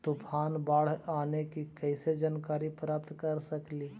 तूफान, बाढ़ आने की कैसे जानकारी प्राप्त कर सकेली?